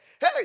hey